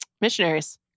missionaries